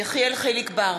יחיאל חיליק בר,